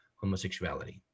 homosexuality